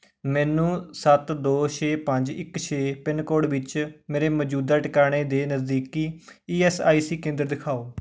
ਮੈਨੂੰ ਸੱਤ ਦੋ ਛੇ ਪੰਜ ਇੱਕ ਛੇ ਪਿੰਨਕੋਡ ਵਿੱਚ ਮੇਰੇ ਮੌਜੂਦਾ ਟਿਕਾਣੇ ਦੇ ਨਜ਼ਦੀਕੀ ਈ ਐਸ ਆਈ ਸੀ ਕੇਂਦਰ ਦਿਖਾਓ